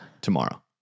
tomorrow